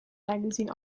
magazine